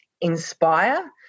Inspire